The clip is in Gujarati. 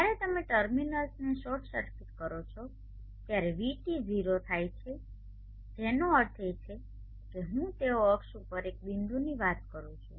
જ્યારે તમે ટર્મિનલ્સને શોર્ટ સર્કિટ કરો છો ત્યારે vT 0 થાય છે જેનો અર્થ એ છે કે હું તેઓ અક્ષ ઉપર એક બિંદુની વાત કરું છું